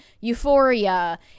Euphoria